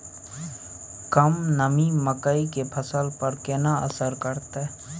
कम नमी मकई के फसल पर केना असर करतय?